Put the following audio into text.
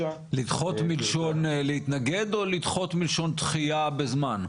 --- לדחות מלשון להתנגד או לדחות מלשון דחייה בזמן?